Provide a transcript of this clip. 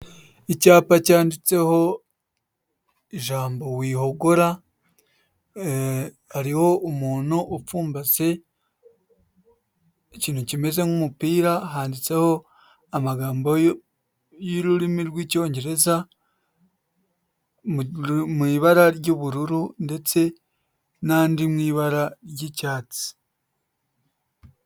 Icyapa cyanditseho ijambo wihogora, hariho umuntu upfumbase ikintu kimeze nk'umupira, handitseho amagambo y'ururimi rw'Icyongereza mu ibara ry'ubururu, ndetse n'andi mu ibara ry'icyatsi.